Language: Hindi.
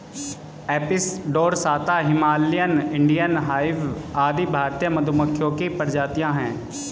Apis dorsata, Himalayan, Indian hive आदि भारतीय मधुमक्खियों की प्रजातियां है